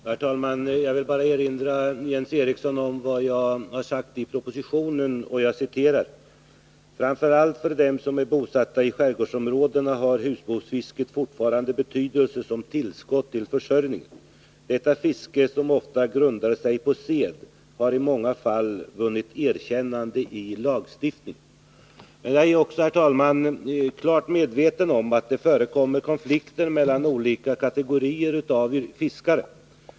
Herr talman! Jag vill bara erinra Jens Eriksson om vad jag har sagt i propositionen, nämligen: ”Framför allt för dem som är bosatta i skärgårdsområdena har husbehovsfisket fortfarande betydelse som tillskott till försörjningen. Detta fiske som ofta grundar sig på sed har i många fall vunnit erkännande i lagstiftningen.” Jag är också, herr talman, klart medveten om att det förekommer konflikter mellan olika kategorier av fiskare.